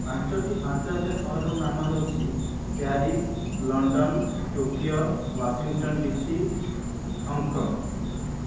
ପାଞ୍ଚୋଟି ଆର୍ନ୍ତଜାତୀୟ ସହରର ନାମ ହେଉଛି Paris London Tokyo Washington DC Hong Kong